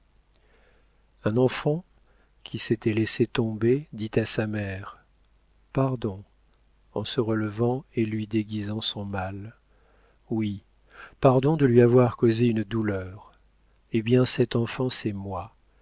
un enfant qui s'était laissé tomber dit à sa mère pardon en se relevant et lui déguisant son mal oui pardon de lui avoir causé une douleur eh bien cet enfant c'est moi